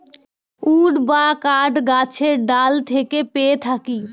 would বা কাঠ গাছের ডাল থেকে পেয়ে থাকি